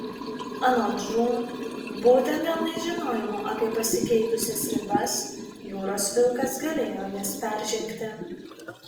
anot žūm būtent dėl nežinojimo apie pasikeitusias ribas jūros vilkas galėjo jas peržengti